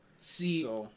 See